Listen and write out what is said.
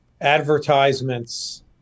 advertisements